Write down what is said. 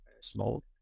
small